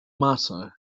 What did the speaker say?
mater